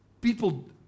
people